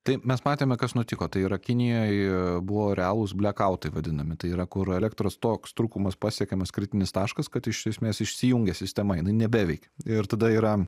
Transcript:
tai mes matėme kas nutiko tai yra kinijoj buvo realūs blekautai vadinami tai yra kur elektros toks trūkumas pasiekiamas kritinis taškas kad iš esmės išsijungia sistema jinai nebeveikia ir tada yra